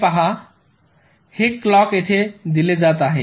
हे पहा हे क्लॉक येथे दिले जात आहे